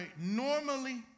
normally